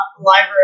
library